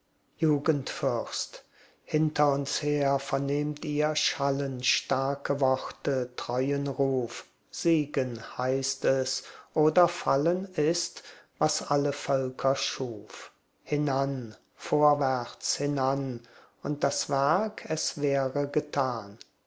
jugendfürst hinter uns her vernehmt ihr schallen starke worte treuen ruf siegen heißt es oder fallen ist was alle völker schuf hinan vorwärts hinan und das werk es wäre getan